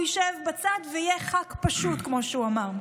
הוא ישב בצד ויהיה ח"כ פשוט, כמו שהוא אמר.